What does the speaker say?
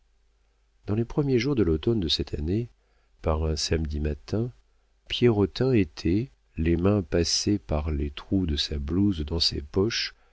dans les premiers jours de l'automne de cette année par un samedi matin pierrotin était les mains passées par les trous de sa blouse dans ses poches